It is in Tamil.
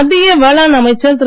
மத்திய வேளாண் அமைச்சர் திரு